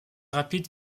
rapides